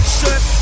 set